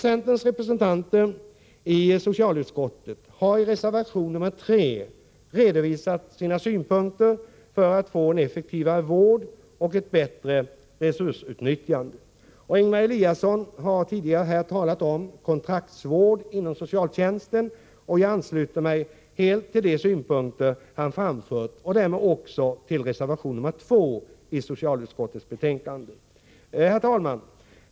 Centerns representanter i socialutskottet har i reservation 3 redovisat sina synpunkter för att få en effektivare vård och ett bättre resursutnyttjande. Ingemar Eliasson har tidigare talat om kontraktsvård inom socialtjänsten. Jag ansluter mig helt till de synpunkter han har framfört och därmed också till reservation 2 i socialutskottets betänkande. Herr talman!